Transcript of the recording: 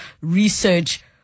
research